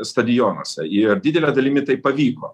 stadionuose ir didele dalimi tai pavyko